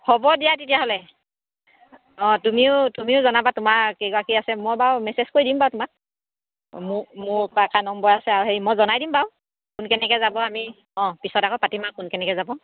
হ'ব দিয়া তেতিয়াহ'লে অঁ তুমিও তুমিও জনাবা তোমাৰ কেইগৰাকী আছে মই বাও মেছেজ কৰি দিম বাৰু তোমাক মোৰ কাৰ কাৰ নম্বৰ আছে আৰু হেৰি মই জনাই দিম বাৰু কোন কেনেকৈ যাব আমি অঁ পিছত আকৌ পাতিম আৰু কোন কেনেকৈ যাব